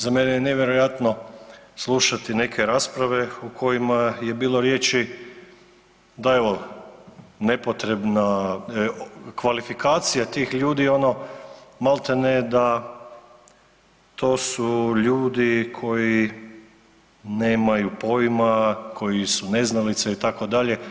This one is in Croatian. Za mene je nevjerojatno slušati neke rasprave u kojima je bilo riječi da evo nepotrebna kvalifikacija tih ljudi ono maltene da to su ljudi koji nemaju pojma, koji su neznalice itd.